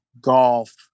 golf